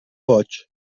boig